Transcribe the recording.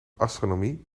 astronomie